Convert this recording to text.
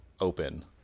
open